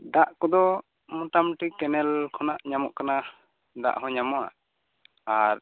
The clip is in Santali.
ᱫᱟᱜ ᱠᱚᱫ ᱢᱳᱴᱟ ᱢᱩᱴᱤ ᱠᱮᱱᱮᱞ ᱠᱷᱚᱱᱟᱜ ᱧᱟᱢᱚᱜ ᱠᱟᱱᱟ ᱫᱟᱜ ᱦᱚᱸ ᱧᱟᱢᱚᱜᱼᱟ ᱟᱨ